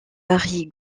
marie